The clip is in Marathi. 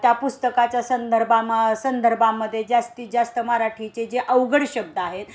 त्या पुस्तकाच्या संदर्भामध्ये संदर्भामध्ये जास्तीत जास्त मराठीचे जे अवघड शब्द आहेत